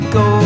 go